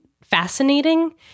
fascinating